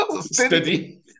Steady